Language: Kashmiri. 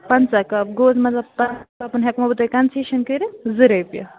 پنٛژاہ کَپ گوٚو مطلب پنٛژاہ ہٮ۪کہٕ مو بہٕ تۄہہِ کَنسیشَن کٔرِتھ زٕ رۄپیہِ